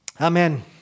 Amen